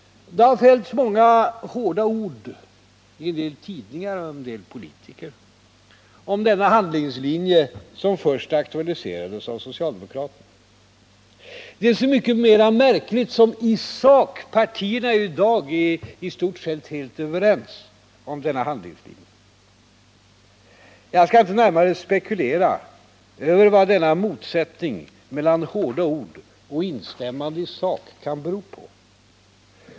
Det har fällts många hårda ord i en del tidningar och av en del politiker om denna handlingslinje, som först aktualiserades av socialdemokraterna. Det är så mycket mera märkligt som de politiska partierna i sak är i stort sett överens om handlingslinjen. Jag skall inte närmare spekulera över vad denna motsättning mellan hårda ord och instämmande i sak kan bero på.